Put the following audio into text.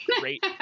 great